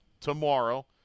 tomorrow